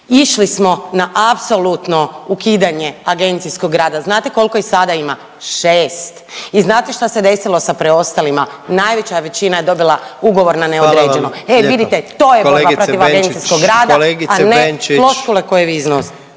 Išli smo na apsolutno ukidanje agencijskog rada, znate kolko ih sada ima, 6 i znate šta se desilo sa preostalima, najveća većina je dobila ugovor na neodređeno…/Upadica: Hvala vam lijepa/… e vidite to je borba protiv agencijskog rada, a ne floskule koje vi iznosite.